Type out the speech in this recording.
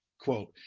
quote